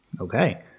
okay